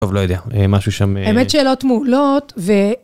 טוב, לא יודע, משהו שם... אמת, שאלות מעולות ו...